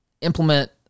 implement